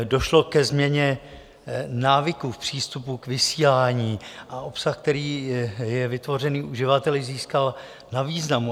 Došlo ke změně návyků v přístupu k vysílání a obsah, který je vytvořen uživateli, získal na významu.